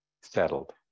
settled